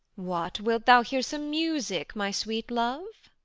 what, wilt thou hear some music, my sweet love?